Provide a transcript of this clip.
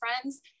friends